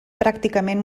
pràcticament